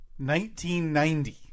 1990